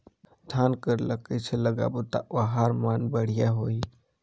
धान कर ला कइसे लगाबो ता ओहार मान बेडिया होही?